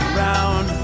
round